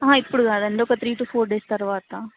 ఇప్పుడు కాదండి three to four days తర్వాత